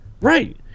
Right